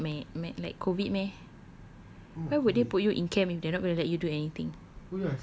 eh but not like meh like COVID meh why would they put you in camp if they are not gonna let you do anything